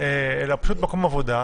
אלא פשוט מקום עבודה,